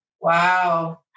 Wow